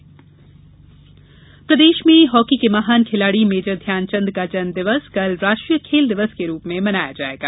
खेल दिवस फ़लेगशिप प्रदेश में हॉकी के महान खिलाड़ी मेजर ध्यानचंद का जन्म दिवस कल राष्ट्रीय खेल दिवस के रूप में मनाया जायेगा